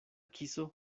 kiso